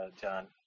John